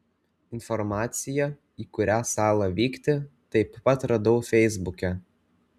informaciją į kurią salą vykti taip pat radau feisbuke